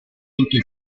ponte